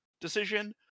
decision